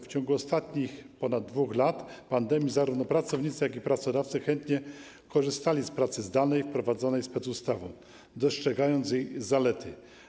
W ciągu ostatnich ponad 2 lat pandemii zarówno pracownicy, jak i pracodawcy chętnie korzystali z pracy zdalnej wprowadzonej specustawą, dostrzegając jej zalety.